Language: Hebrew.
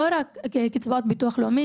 לא רק קצבאות ביטוח לאומי,